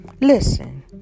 Listen